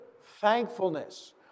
thankfulness